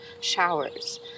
showers